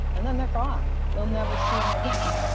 and then they're gone. you'll never see them again.